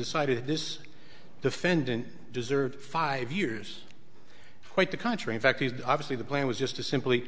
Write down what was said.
decided this defendant deserved five years quite the contrary in fact he's obviously the plan was just to simply